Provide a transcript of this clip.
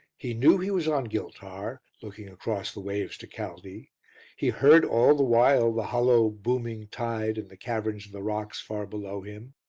he knew he was on giltar, looking across the waves to caldy he heard all the while the hollow, booming tide in the caverns of the rocks far below him,